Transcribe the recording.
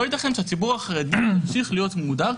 לא יתכן שהציבור החרדי ימשיך להיות מודר.